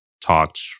talked